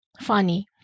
funny